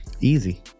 Easy